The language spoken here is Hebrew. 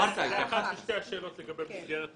התייחסתי לשתי השאלות לגבי מסגרת המשך.